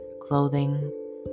clothing